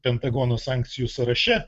pentagono sankcijų sąraše